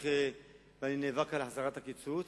ואני נאבק על החזרת מה שקוצץ.